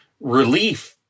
relief